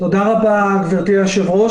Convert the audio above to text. תודה רבה, גברתי היושבת-ראש,